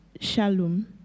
Shalom